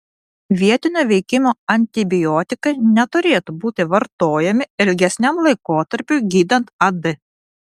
vietinio veikimo antibiotikai neturėtų būti vartojami ilgesniam laikotarpiui gydant ad